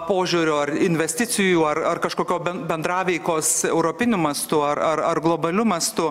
požiūrio ar investicijų ar ar kažkokio bendraveikos europiniu mastu ar ar ar globaliu mastu